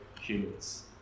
humans